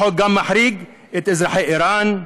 שהחוק גם מחריג את אזרחי איראן,